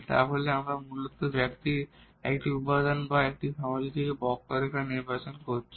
তাহলে আমরা মূলত এই ফ্যামিলিের একটি উপাদান বা এই ফ্যামিলি থেকে একটি কার্ভ নির্বাচন করছি